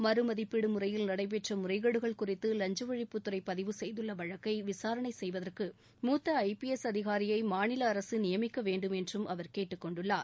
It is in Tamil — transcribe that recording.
மறு மதிப்பீடு முறையில் நடைபெற்ற முறைகேடுகள் குறித்து லஞ்ச ஒழிப்புத் துறை பதிவு செய்துள்ள வழக்கை விசாரணை செய்வதற்கு மூத்த ஐ பி எஸ் அதிகாரியை மாநில அரசு நியமிக்க வேண்டும் என்றும் அவர் கேட்டுக் கொண்டுள்ளார்